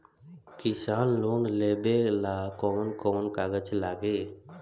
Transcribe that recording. किसान लोन लेबे ला कौन कौन कागज लागि?